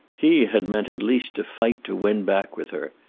he had meant at least to fight to win back with her,